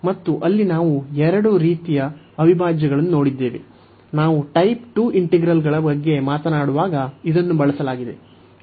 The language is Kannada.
ಮತ್ತು ಅಲ್ಲಿ ನಾವು ಈ ಎರಡು ರೀತಿಯ ಅವಿಭಾಜ್ಯಗಳನ್ನು ನೋಡಿದ್ದೇವೆ ನಾವು ಟೈಪ್ 2 ಇಂಟಿಗ್ರಲ್ಗಳ ಬಗ್ಗೆ ಮಾತನಾಡುವಾಗ ಇದನ್ನು ಬಳಸಲಾಗಿದೆ